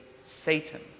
Satan